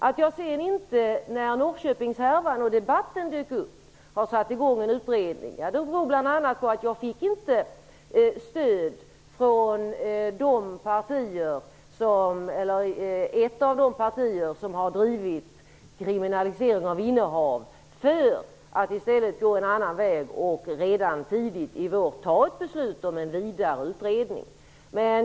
Att jag inte satte i gång en utredning, när Norrköpingshärvan dök upp och debatten började, berodde på att jag inte av ett av de partier som har drivit kravet på kriminalisering av innehav fick stöd för att gå en annan väg och redan tidigt i vår fatta ett beslut om en vidare utredning.